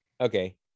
Okay